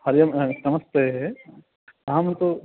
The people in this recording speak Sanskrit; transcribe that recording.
हरिः ओं नमस्ते अहं तु